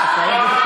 ובכל אופן,